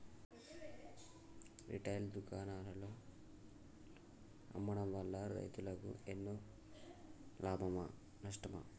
Retail దుకాణాల్లో అమ్మడం వల్ల రైతులకు ఎన్నో లాభమా నష్టమా?